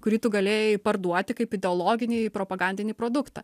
kurį tu galėjai parduoti kaip ideologinį propagandinį produktą